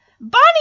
Bonnie